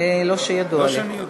הצעת חוק בתי-המשפט (תיקון מס' 82),